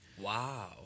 Wow